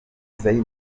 isae